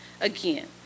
again